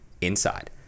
inside